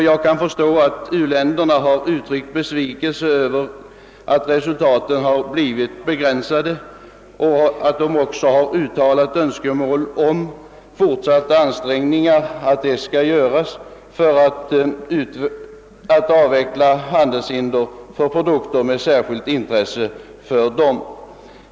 Jag kan förstå att u-länderna har gett uttryck för besvikelse över att resultaten blivit begränsade och uttalat önskemål om fortsatta ansträngningar för att avveckla handelshindren för produkter av särskilt intresse för u-länderna.